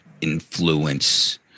influence